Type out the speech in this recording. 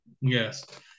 Yes